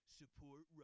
support